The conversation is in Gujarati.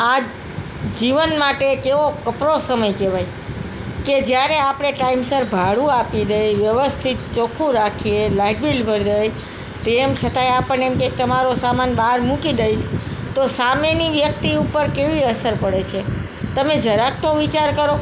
આ જ જીવન માટે કેવો કપરો સમય કહેવાય કે જ્યારે આપણે ટાઈમસર ભાડુ આપી દઈએ વ્યવસ્થિત ચોખ્ખું રાખીએ લાઈટ બીલ ભરી દઈએ તેમ છતાંય આપણને કહે કે તમારો સામાન બહાર મૂકી દઈશ તો સામેની વ્યક્તિ ઉપર કેવી અસર પડે છે તમે જરાક તો વિચાર કરો